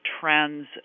trends